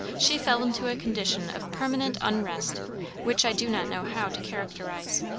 she fell into a condition of permanent unrest which i do not know how to characterize.